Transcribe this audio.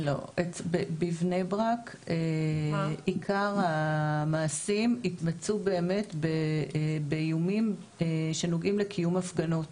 בבני ברק עיקר המעשים התבצעו באמת באיומים שנוגעים לקיום הפגנות.